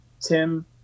Tim